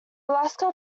alaska